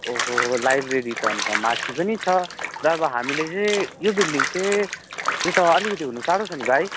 ओहो लाइब्रेरी त अन्त माथि पनि छ र अब हामीले चाहिँ यो बिल्डिङ चाहिँ यो त अलिकति हुन साह्रो छ नि भाइ